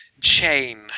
chain